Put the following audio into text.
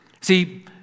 See